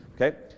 okay